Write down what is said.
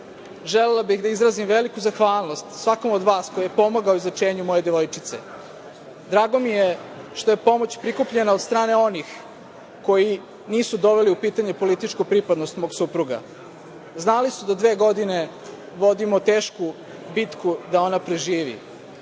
želela bih da izrazim veliku zahvalnost svakom od vas ko je pomogao izlečenju moje devojčice. Drago mi je što je pomoć prikupljena od strane onih koji nisu doveli u pitanje političku pripadnost mog supruga. Znali su da dve godine vodimo tešku bitku da ona preživi.